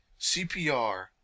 CPR